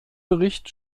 bericht